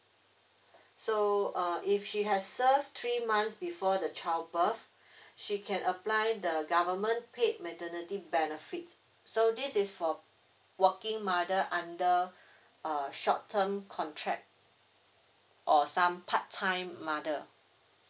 so uh if she has served three months before the child birth she can apply the government paid maternity benefits so this is for working mother under a short term contract or some part time mother